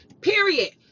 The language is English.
Period